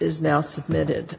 is now submitted